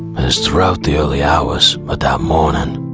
as throughout the early hours but that morning